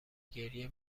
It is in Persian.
گریه